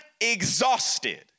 exhausted